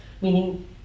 meaning